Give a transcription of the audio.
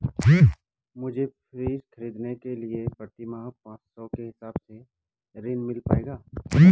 मुझे फ्रीज खरीदने के लिए प्रति माह पाँच सौ के हिसाब से ऋण मिल पाएगा?